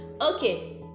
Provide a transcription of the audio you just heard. Okay